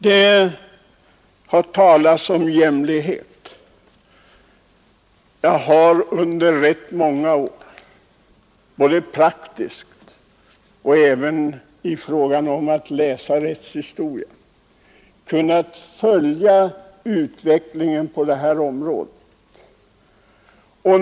Det har talats om jämlikhet. Jag har under rätt många år både praktiskt och genom studier i rättshistoria kunnat följa utvecklingen på detta område.